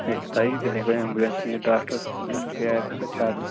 تیٚلہِ چھِ پَیی تیٚلہِ ہٮ۪کو ایمبولینٕس نِتھ ڈاکٹَرَس تَتھ تہِ گٔے ایکٕسٹرا چارجٕز